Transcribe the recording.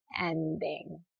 ending